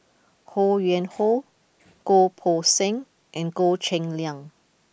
Ho Yuen Hoe Goh Poh Seng and Goh Cheng Liang